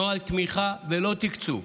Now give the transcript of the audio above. נוהל תמיכה ולא תקצוב,